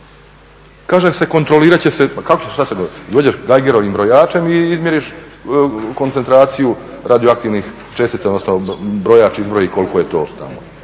Kaže se kontrolirat će se, kako dođeš Geigerov brojačem i izmjeriš koncentraciju radioaktivnih čestica odnosno brojač izbroji koliko je to tamo.